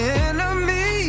enemy